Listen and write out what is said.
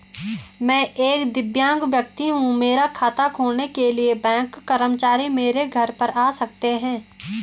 मैं एक दिव्यांग व्यक्ति हूँ मेरा खाता खोलने के लिए बैंक कर्मचारी मेरे घर पर आ सकते हैं?